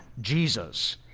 Jesus